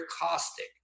caustic